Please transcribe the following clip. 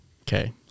Okay